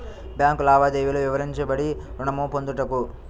Bank లావాదేవీలు వివరించండి ఋణము పొందుటకు?